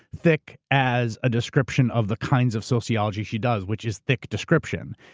thick as a description of the kinds of sociology she does, which is thick description.